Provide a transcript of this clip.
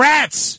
Rats